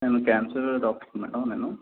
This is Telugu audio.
నేను క్యాన్సర్ డాక్టర్ మేడం నేను